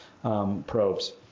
probes